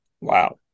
wow